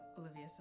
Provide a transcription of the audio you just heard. Olivia